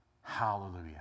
Hallelujah